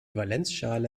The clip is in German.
valenzschale